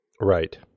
Right